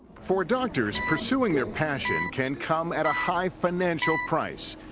for doctors, pursuing their passion can come at a high financial price.